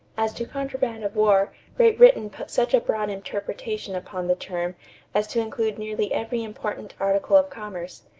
as to contraband of war great britain put such a broad interpretation upon the term as to include nearly every important article of commerce.